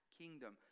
kingdom